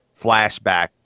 flashback